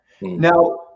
now